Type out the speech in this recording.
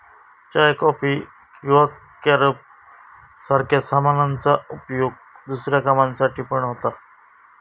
चाय, coffee किंवा carob सारख्या सामानांचा उपयोग दुसऱ्या कामांसाठी पण होता